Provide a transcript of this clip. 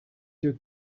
took